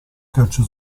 calcio